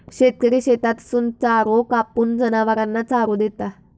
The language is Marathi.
शेतकरी शेतातसून चारो कापून, जनावरांना चारो देता